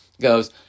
goes